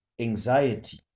anxiety